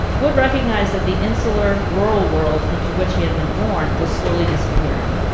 wood recognized that the insular rural world into which he had been born was slowly disappearing,